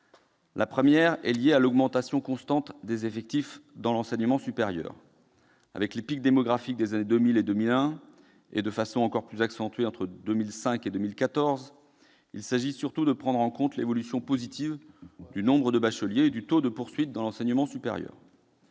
d'abord souligner l'augmentation constante des effectifs dans l'enseignement supérieur. Avec les pics démographiques des années 2000 et 2001, et de façon encore plus accentuée entre 2005 et 2014, il s'agit surtout de prendre en compte l'évolution positive du nombre de bacheliers et du taux de poursuite dans l'enseignement supérieur.